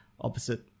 opposite